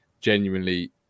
genuinely